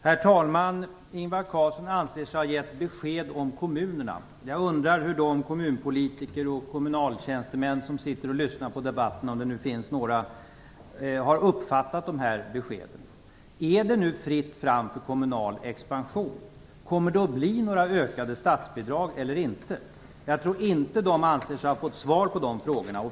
Herr talman! Ingvar Carlsson anser sig ha gett besked om kommunerna. Jag undrar om de kommunpolitiker och kommunaltjänstemän som sitter och lyssnar på debatten, om det nu finns några, har uppfattat de beskeden. Är det nu fritt fram för kommunal expansion? Kommer det att bli några ökade statsbidrag eller inte? Jag tror inte att de anser sig ha fått svar på de frågorna.